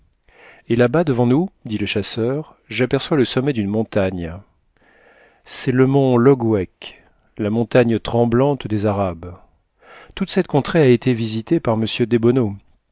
et là-bas devant nous dit le chasseur j'aperçois le sommet d'une montagne c'est le mont logwek la montagne tremblante des arabes toute cette contrée a été visitée par